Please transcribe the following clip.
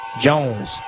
Jones